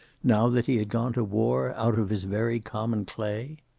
now that he had gone to war, out of his very common clay?